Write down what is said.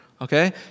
okay